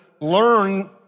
learn